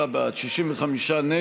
41 בעד, 67 נגד.